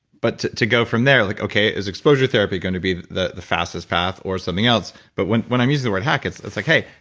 but to to go from there. like, okay, is exposure therapy gonna be the fastest path or something else, but when when i'm using the word hack it's it's like hey,